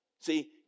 See